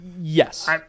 yes